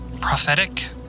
prophetic